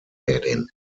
werden